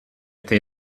eta